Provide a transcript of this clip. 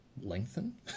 lengthen